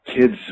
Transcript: kids